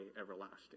everlasting